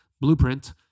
Blueprint